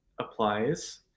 applies